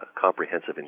comprehensive